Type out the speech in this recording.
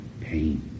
pain